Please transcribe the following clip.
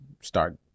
start